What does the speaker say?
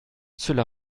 cela